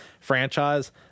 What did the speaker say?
franchise